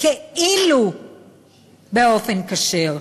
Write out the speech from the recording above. כאילו באופן כשר.